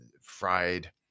fried